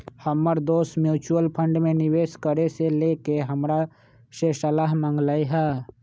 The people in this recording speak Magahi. हमर दोस म्यूच्यूअल फंड में निवेश करे से लेके हमरा से सलाह मांगलय ह